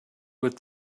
with